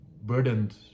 burdened